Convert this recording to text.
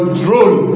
drone